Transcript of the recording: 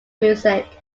music